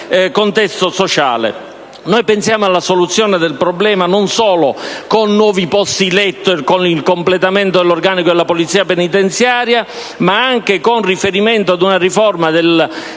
Noi pensiamo alla soluzione del problema non solo con nuovi posti letto e con il completamento dell'organico della Polizia penitenziaria, ma anche con riferimento ad una riforma del sistema